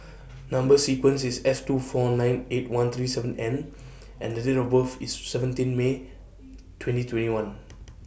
Number sequence IS S two four nine eight one three seven N and Date of birth IS seventeen May twenty twenty one